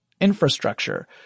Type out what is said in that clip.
infrastructure